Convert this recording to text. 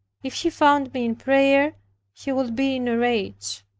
if he found me in prayer he would be in a rage.